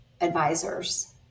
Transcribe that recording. advisors